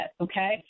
okay